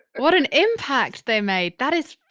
what an impact they made. that is,